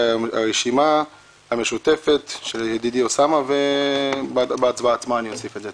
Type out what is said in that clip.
הרשימה המשותפת ובהצבעה עצמה אוסיף את זה.